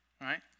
right